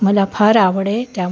मला फार आवड आहे त्या